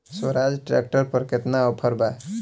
Swaraj tractor पर केतना offer बा?